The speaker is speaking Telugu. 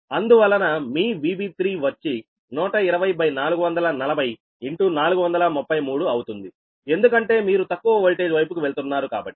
అందువలన మీ VB3 వచ్చి 120440433అవుతుంది ఎందుకంటే మీరు తక్కువ వోల్టేజ్ వైపుకు వెళుతున్నారు కాబట్టి